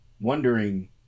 wondering